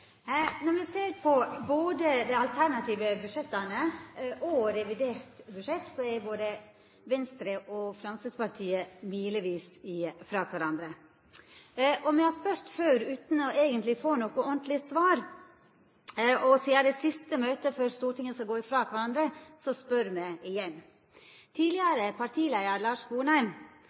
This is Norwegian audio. Når me ser på både dei alternative budsjetta og revidert budsjett, er Venstre og Framstegspartiet milevis frå kvarandre. Me har spurt før, utan eigentleg å få noko ordentleg svar, og sidan det er siste møte før Stortinget skal gå frå kvarandre, spør me igjen. Tidlegare partileiar Lars